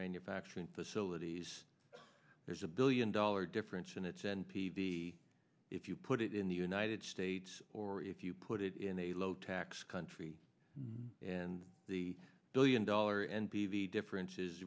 manufacturing facilities there's a billion dollar difference in its n p v if you put it in the united states or if you put it in a low tax country and the billion dollar n p v difference